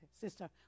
sister